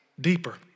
deeper